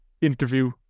interview